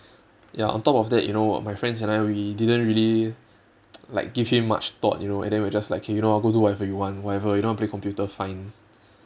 ya on top of that you know my friends and I we didn't really like give him much thought you know and then we're just like okay you know go do whatever you want whatever you don't want to play computer fine